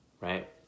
right